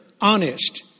honest